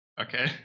Okay